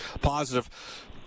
positive